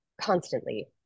constantly